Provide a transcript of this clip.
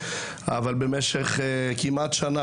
אבל במשך כמעט שנה,